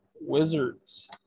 Wizards